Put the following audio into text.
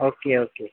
okay okay